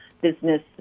business